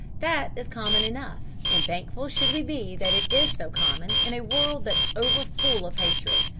that is common enough, and thankful should we be that it is so common in a world that's over-full of hatred.